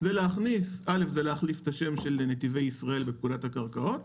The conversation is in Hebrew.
להחליף את השם של נתיבי ישראל בפקודת הקרקעות,